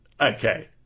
Okay